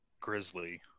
Grizzly